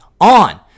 on